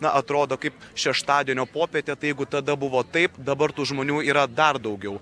na atrodo kaip šeštadienio popietę tai jeigu tada buvo taip dabar tų žmonių yra dar daugiau